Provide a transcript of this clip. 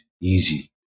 easy